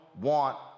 want